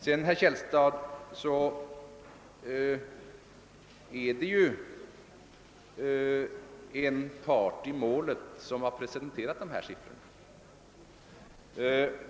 Det är en part i målet, som presenterat dessa siffror, herr Källstad.